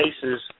cases